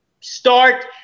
start